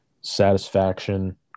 satisfaction